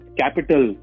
capital